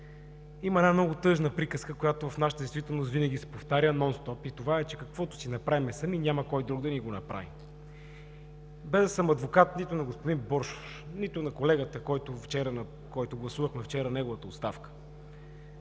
Има една много тъжна приказка, която в нашата действителност винаги се повтаря нон стоп и това е, че каквото си направим сами, няма кой друг да ни го направи. Без да съм адвокат нито на господин Боршош, нито на колегата, чиято оставка гласувахме вчера, в навечерието на